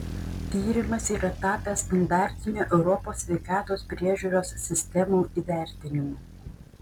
tyrimas yra tapęs standartiniu europos sveikatos priežiūros sistemų įvertinimu